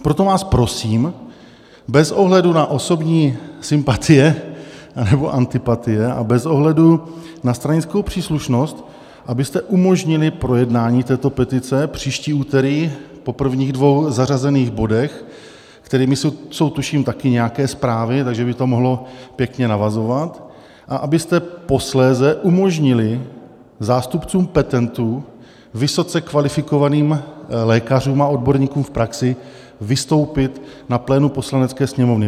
Proto vás prosím bez ohledu na osobní sympatie anebo antipatie a bez ohledu na stranickou příslušnost, abyste umožnili projednání této petice příští úterý po prvních dvou zařazených bodech, kterými jsou, tuším, taky nějaké zprávy, takže by to mohlo pěkně navazovat, a abyste posléze umožnili zástupcům petentů, vysoce kvalifikovaným lékařům a odborníkům v praxi vystoupit na plénu Poslanecké sněmovny.